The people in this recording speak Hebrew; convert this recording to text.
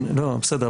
כן, לא, בסדר.